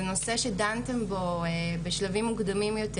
זה נושא שדנתם בו בשלבים מוקדמים יותר,